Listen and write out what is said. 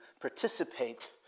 participate